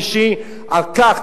אני מודה לך באופן אישי על כך,